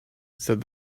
said